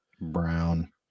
brown